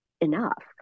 enough